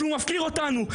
שהוא מפקיר אותנו.